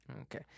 okay